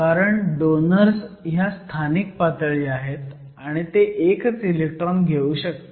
कारण डोनर्स ह्या स्थानिक पातळी आहेत आणि ते एकच इलेक्ट्रॉन घेऊ शकतात